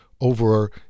over